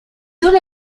don